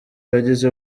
yageze